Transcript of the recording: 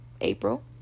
april